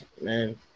man